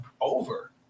over